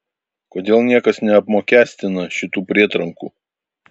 kodėl niekas neapmokestina šitų prietrankų